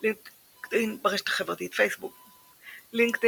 ברשת החברתית פייסבוק LinkedIn,